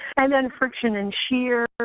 and then friction and shear,